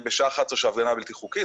שההפגנה בלתי חוקית,